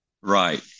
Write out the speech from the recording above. Right